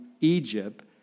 Egypt